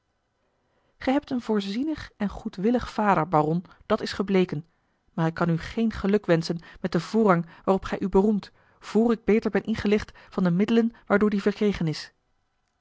gij hebt een voorzienig en goedwillig vader baron dat is gebleken maar ik kan u geen geluk wenschen met den voorrang waarop gij u beroemt vr ik beter ben ingelicht van de middelen waardoor die verkregen is